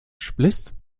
spliss